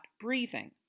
breathing